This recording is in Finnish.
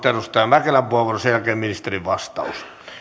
edustaja mäkelän puheenvuoro ja sen jälkeen ministerin vastaus